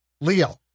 Leo